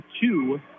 two